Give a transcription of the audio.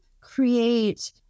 create